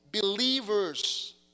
Believers